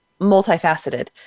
multifaceted